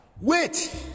Wait